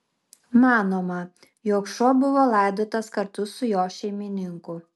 manoma jog šuo buvo laidotas kartu su jo šeimininku